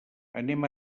anem